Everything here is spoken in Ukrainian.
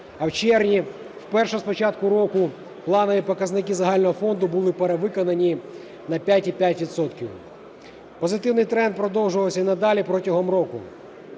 А в червні, вперше з початку року, планові показники загального фонду були перевиконані на 5,5 відсотка. Позитивний тренд продовжувався і надалі протягом року.